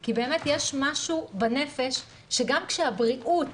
כי באמת יש משהו בנפש שגם כשהבריאות